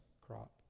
crop